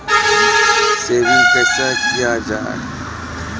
Saving कैसै किया जाय?